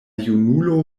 junulo